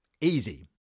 Easy